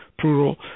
plural